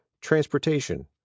transportation